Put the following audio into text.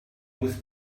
muss